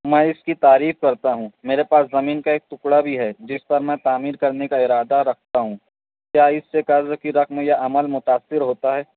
میں اس کی تعریف کرتا ہوں میرے پاس زمین کا ایک ٹکڑا بھی ہے جس پر میں تعمیر کرنے کا ارادہ رکھتا ہوں کیا اس سے قرض کی رقم یا عمل متاثر ہوتا ہے